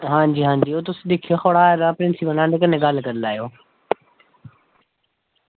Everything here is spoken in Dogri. आं ओह् जेह्ड़ा प्रिंसीपल कन्नै गल्ल करी लैयो